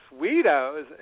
Sweetos